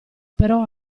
però